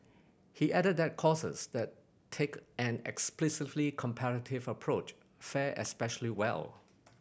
he added that courses that take an explicitly comparative approach fare especially well